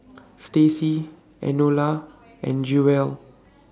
Staci Enola and Jewell